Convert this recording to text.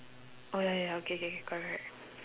oh ya ya ya okay okay correct correct